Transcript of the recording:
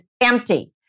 Empty